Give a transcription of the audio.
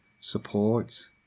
support